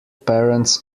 parents